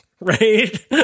Right